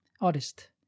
artist